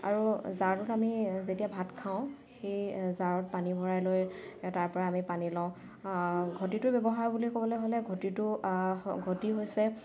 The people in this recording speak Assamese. আৰু জাৰটোত আমি যেতিয়া ভাত খাওঁ সেই জাৰত পানী ভৰাই লৈ তাৰ পৰা আমি পানী লওঁ ঘটিটোৰ ব্যৱহাৰ বুলি ক'বলৈ হ'লে ঘটিটো ঘটি হৈছে